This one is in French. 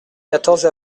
quatorze